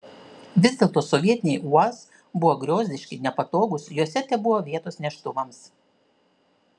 vis dėlto sovietiniai uaz buvo griozdiški nepatogūs juose tebuvo vietos neštuvams